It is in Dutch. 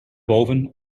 boven